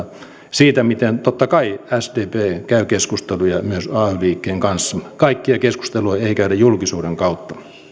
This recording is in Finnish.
siitä miten totta kai sdp käy keskusteluja myös ay liikkeen kanssa kaikkia keskusteluja ei käydä julkisuuden kautta